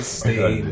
stay